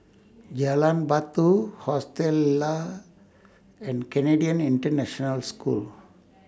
Jalan Batu Hostel Lah and Canadian International School